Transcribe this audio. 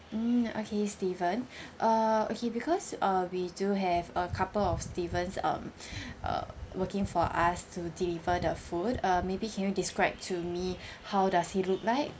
mm okay steven err okay because uh we do have a couple of steven's um uh working for us to deliver the food uh maybe can you describe to me how does he look like